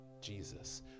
Jesus